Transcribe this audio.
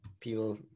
people